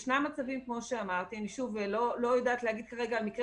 ישנם מקרים פרטניים אני לא יודעת להגיד כרגע על מקרה